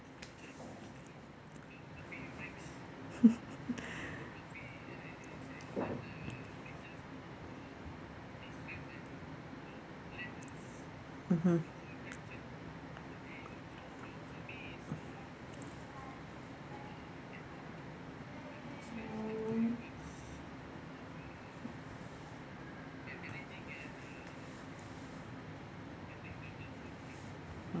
mmhmm